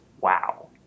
Wow